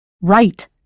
Right